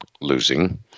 losing